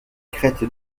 crête